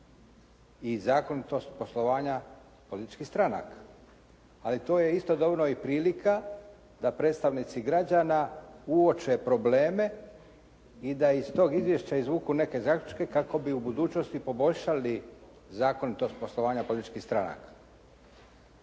i zakon je to poslovanja političkih stranaka, ali to je istodobno i prilika da predstavnici građana uoče probleme i da iz tog izvješća izvuku neke zaključke kako bi u budućnosti poboljšali zakonitost poslovanja političkih stranaka.